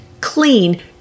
clean